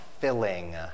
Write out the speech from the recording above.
filling